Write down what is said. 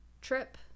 trip